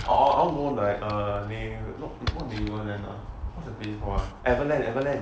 oh oh I wanna go like the neverland not neverland what's the place call ah everland everland